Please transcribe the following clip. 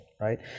right